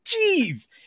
Jeez